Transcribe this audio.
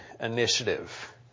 initiative